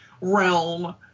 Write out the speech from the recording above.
realm